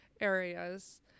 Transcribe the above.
areas